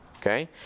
Okay